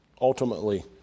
ultimately